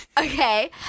okay